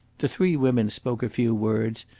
the three women spoke a few words,